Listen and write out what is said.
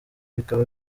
bikaba